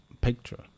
picture